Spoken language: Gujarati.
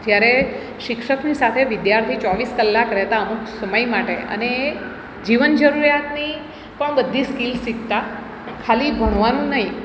ત્યારે શિક્ષકની સાથે વિધ્યાર્થી ચોવીસ કલાક રહેતા અમુક સમય માટે અને જીવન જરૂરિયાતની પણ બધી સ્કિલ શિખતા ખાલી ભણવાનું નહીં